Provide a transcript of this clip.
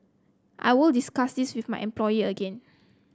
I will discuss this with my employer again